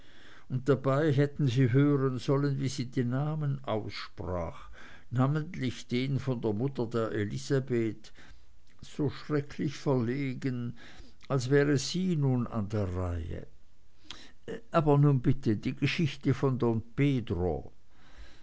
und dabei hätten sie hören sollen wie sie die namen aussprach namentlich den von der mutter der elisabeth so schrecklich verlegen als wäre sie nun an der reihe aber nun bitte die geschichte von don pedro